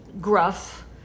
gruff